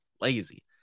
Lazy